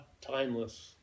timeless